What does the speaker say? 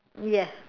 ya